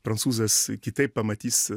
prancūzas kitaip pamatys